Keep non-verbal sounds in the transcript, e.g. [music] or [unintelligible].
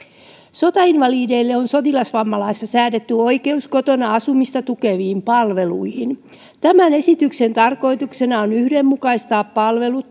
sotainvalideille on sotilasvammalaissa säädetty oikeus kotona asumista tukeviin palveluihin tämän esityksen tarkoituksena on yhdenmukaistaa palvelut [unintelligible]